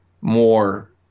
more